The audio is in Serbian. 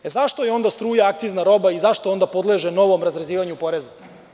Zašto je onda struja akcizna roba i zašto onda podleže novom razrezivanju poreza?